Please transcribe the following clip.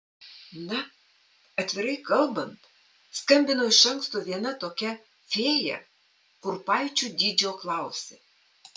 na atvirai kalbant skambino iš anksto viena tokia fėja kurpaičių dydžio klausė